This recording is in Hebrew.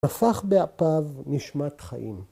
‫הפך באפיו נשמת חיים.